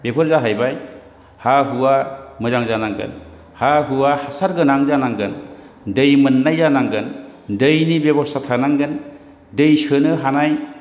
बेफोर जाहैबाय हा हुआ मोजां जानांगोन हा हुआ हासार गोनां जानांगोन दै मोननाय जानांगोन दैनि बेबस्था थानांगोन दै सोनो हानाय